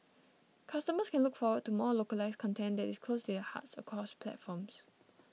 customers can look forward to more localised content that is close to their hearts across platforms